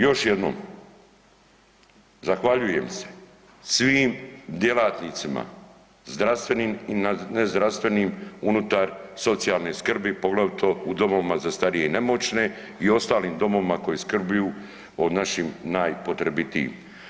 Još jednom zahvaljujem se svim djelatnicima zdravstvenim i nezdravstvenim unutar socijalne skrbi, poglavito u domovima za starije i nemoćne i ostalim domovima koji skrbljuju o našim najpotrebitijim.